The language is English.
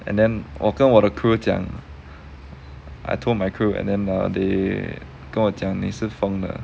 and then 我跟我的 crew 讲 I told my crew and then err they 跟我讲你是疯了